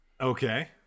Okay